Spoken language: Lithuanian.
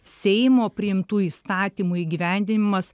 seimo priimtų įstatymų įgyvendinimas